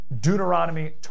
Deuteronomy